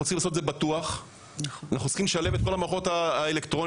ובטוח ואנחנו צריכים לשלב את כל המערכות האלקטרוניות